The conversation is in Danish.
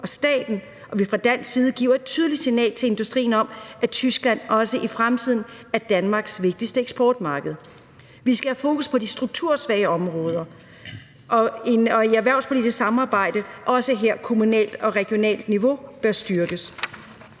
og staten, og at vi fra dansk side giver et tydeligt signal til industrien om, at Tyskland også i fremtiden er Danmarks vigtigste eksportmarked. Vi skal have fokus på de struktursvage områder, og det erhvervspolitiske samarbejde bør styrkes, også på regionalt og kommunalt niveau. Vi kan